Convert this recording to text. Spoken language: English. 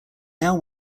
now